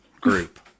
group